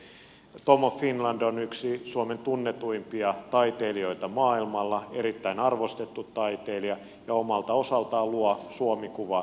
tom of finland on yksi suomen tunnetuimpia taiteilijoita maailmalla erittäin arvostettu taiteilija ja omalta osaltaan luo suomi kuvaa